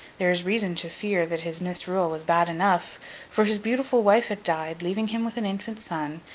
there is reason to fear that his misrule was bad enough for his beautiful wife had died, leaving him with an infant son,